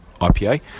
IPA